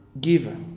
giver